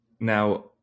Now